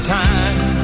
time